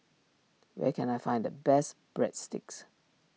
where can I find the best Breadsticks